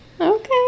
Okay